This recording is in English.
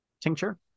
tincture